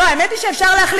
לא, האמת היא שאפשר להחליט.